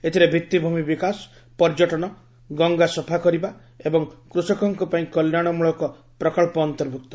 ଏଥିରେ ଭିଭିଭୂମି ବିକାଶ ପର୍ଯ୍ୟଟନ ଗଙ୍ଗା ସଫା କରିବା ଏବଂ କୃଷକଙ୍କ ପାଇଁ କଲ୍ୟାଣମୂଳକ ପ୍ରକଳ୍ପ ଅନ୍ତର୍ଭୁକ୍ତ